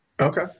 okay